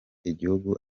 igihugu